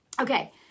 Okay